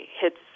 hits